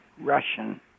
Russian